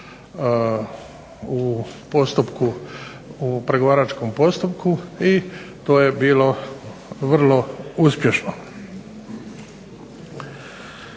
je dolazilo u pregovaračkom postupku i to je bilo vrlo uspješno.